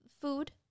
food